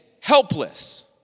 helpless